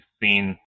seen